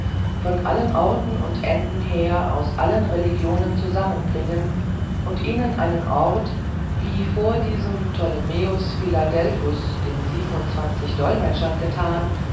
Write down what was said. von allen orten und enden her aus allen religionen zusammenbringen und ihnen einen ort wie vor diesem ptolomäus philadelphus den dolmetschern getan